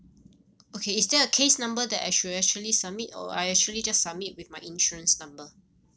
okay is there a case number that I should actually submit or I actually just submit with my insurance number